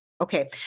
Okay